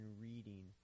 reading